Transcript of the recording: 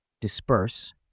Disperse